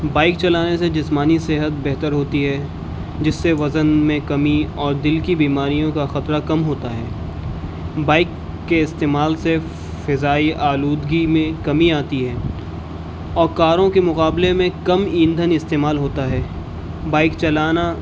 bike چلانے سے جسمانی صحت بہتر ہوتی ہے جس سے وزن میں کمی اور دل کی بیماریوں کا خطرہ کم ہوتا ہے بائک کے استعمال سے فضائی آلودگی میں کمی آتی ہے اور کاروں کے مقابلے میں کم ایندھن استعمال ہوتا ہے بائک چلانا